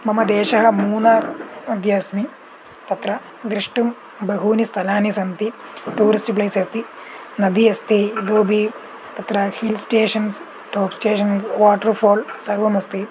मम देशः मूलः अद्य अस्मि तत्र द्रष्टुं बहूनि स्थलानि सन्ति टूरिस्ट् प्लेस् अस्ति नदी अस्ति इतोपि तत्र hill stations top stations water fall सर्वमस्ति